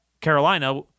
Carolina